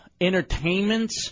entertainment